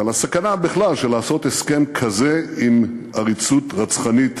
ועל הסכנה בכלל של לעשות הסכם כזה עם עריצות רצחנית.